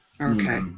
Okay